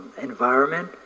environment